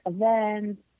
events